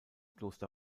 kloster